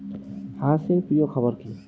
হাঁস এর প্রিয় খাবার কি?